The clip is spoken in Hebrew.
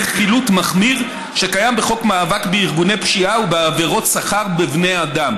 חילוט מחמיר שקיים בחוק מאבק בארגוני פשיעה ובעבירות סחר בבני אדם.